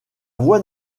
voie